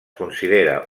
considera